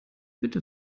bitte